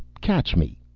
catch me.